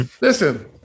Listen